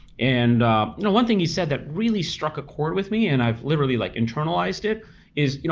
and you know one thing he said that really struck a chord with me and i've literally like internalized it is,